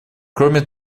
кроме